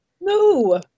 No